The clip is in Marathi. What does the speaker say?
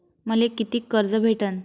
मले कितीक कर्ज भेटन?